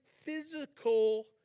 physical